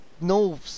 no